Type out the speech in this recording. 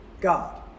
God